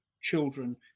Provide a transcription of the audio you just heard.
children